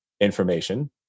information